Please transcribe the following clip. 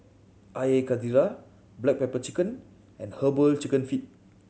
Air Karthira black pepper chicken and Herbal Chicken Feet